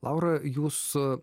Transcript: laura jūs